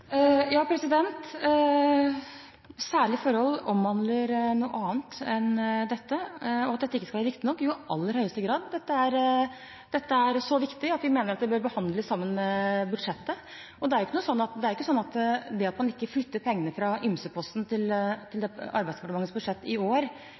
forhold» omhandler noe annet enn dette. Og at dette ikke skal være viktig nok? Jo, i aller høyeste grad. Dette er så viktig at vi mener det bør behandles sammen med budsjettet, og det er ikke sånn at det at man ikke flytter pengene fra «ymseposten» til Arbeidsdepartementets budsjett i år, er noen endring når det gjelder hvordan man